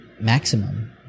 maximum